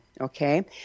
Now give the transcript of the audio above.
Okay